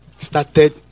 started